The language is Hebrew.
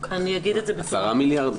10 מיליארד.